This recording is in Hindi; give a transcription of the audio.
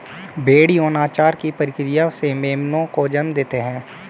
भ़ेड़ यौनाचार की प्रक्रिया से मेमनों को जन्म देते हैं